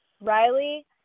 Riley